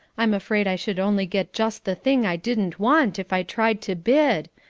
i'm afraid i should only get just the thing i didn't want if i tried to bid.